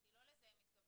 כי לא לזה הם מתכוונים.